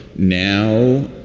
now,